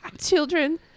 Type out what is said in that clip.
children